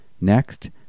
Next